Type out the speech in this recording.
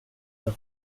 leur